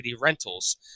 rentals